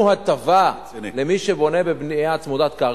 ייתנו הטבה למי שבונה בבנייה צמודת קרקע?